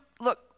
look